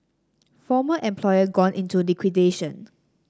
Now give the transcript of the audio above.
former employer gone into liquidation